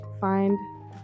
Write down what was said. find